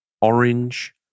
orange